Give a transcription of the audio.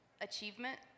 achievement